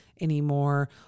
anymore